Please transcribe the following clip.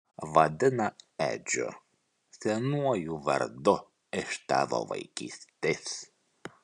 vadina edžiu senuoju vardu iš tavo vaikystės